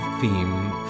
theme